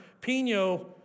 Pino